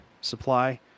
supply